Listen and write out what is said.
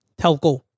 Telco